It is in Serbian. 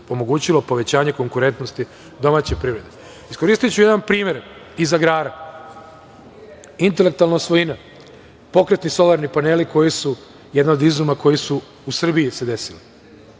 omogućilo povećanje konkurentnosti domaće privrede. Iskoristiću jedan primer iz agrara. Intelektualna svojina, pokretni solarni paneli koji su jedan od izuma koji su se desili